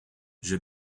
j’ai